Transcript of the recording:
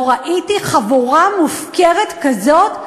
לא ראיתי חבורה מופקרת כזאת,